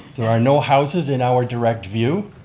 there are no houses in our direct view.